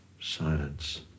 silence